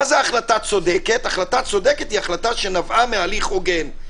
החלטה צודקת נבעה מהליך הוגן.